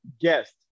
guest